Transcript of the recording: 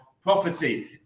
Property